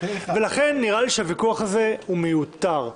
לכן נראה לי שהוויכוח הזה הוא מיותר.